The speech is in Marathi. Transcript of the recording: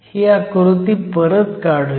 ही आकृती परत काढुयात